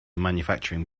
manufacturing